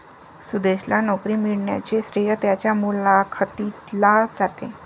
सुदेशला नोकरी मिळण्याचे श्रेय त्याच्या मुलाखतीला जाते